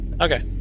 okay